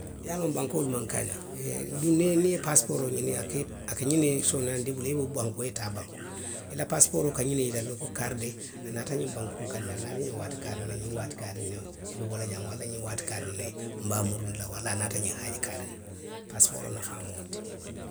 I ye a loŋ bankoolu maw kaaňaŋ. duŋ niŋ niŋ i ye pasipooroo ňiniŋ a ka a ka ňiŋ ne sooneyaandi i bulu i ye bo banku i ye taa banku. I la paasipooroo ka ňiŋ ne yitandi ko kaarii de, a naata ňiŋ bankunkaŋ ne, a naata ňiŋ waati kaarii le, ňiŋ waati kaariŋ ne a be bo la jaŋ walla ňiŋ waati kaariŋ ne nbe a muruundi la. walla a naata ňiŋ haaji kaarii le la. paasipooroo nafaa mu wo le ti